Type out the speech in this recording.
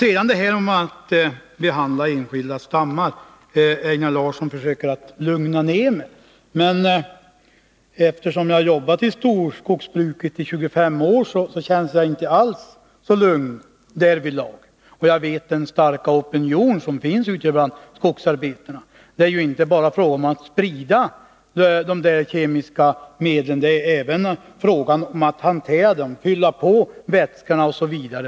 Einar Larsson försöker vidare att lugna mig när det gäller behandlingen av enskilda stammar. Men jag har jobbat i storskogsbruket i 25 år, och jag känner mig inte lugnad därvidlag. Jag vet också att det finns en stark opinion ute bland skogsarbetarna. Det är ju inte bara fråga om att sprida de kemiska medlen, utan det är också fråga om att hantera dem, att fylla på vätskorna, osv.